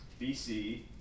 BC